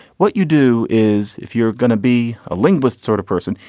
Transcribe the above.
what you do is if you're going to be a linguist sort of person,